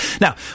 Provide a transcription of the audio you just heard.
Now